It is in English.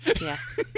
Yes